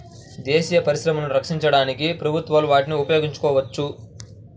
దేశీయ పరిశ్రమలను రక్షించడానికి ప్రభుత్వాలు వాటిని ఉపయోగించవచ్చు